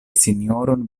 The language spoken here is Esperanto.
sinjoron